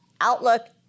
outlook